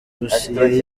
dosiye